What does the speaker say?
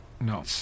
no